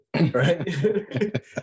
right